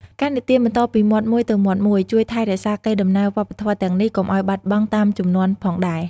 ការនិទានបន្តពីមាត់មួយទៅមាត់មួយ ជួយថែរក្សាកេរដំណែលវប្បធម៌ទាំងនេះ កុំឲ្យបាត់បង់តាមជំនាន់ផងដែរ ។